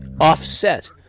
offset